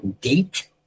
date